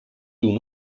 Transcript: uno